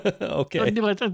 Okay